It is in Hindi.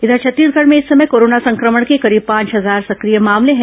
इधर छत्तीसगढ़ में इस समय कोरोना संक्रमण के करीब पांच हजार सक्रिय मामले हैं